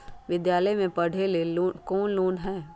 विद्यालय में पढ़े लेल कौनो लोन हई?